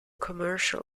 commercial